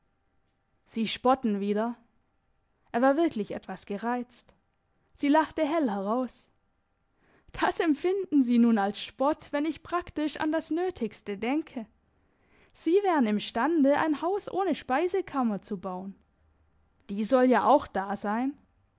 sie spotten wieder er war wirklich etwas gereizt sie lachte hell heraus das empfinden sie nun als spott wenn ich praktisch an das nötigste denke sie wären imstande ein haus ohne speisekammer zu bauen die soll ja auch da sein